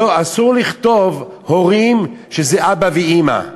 אסור לכתוב שהורים זה אבא ואימא,